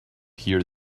here